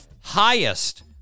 highest